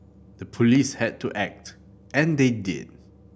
the police had to act and they did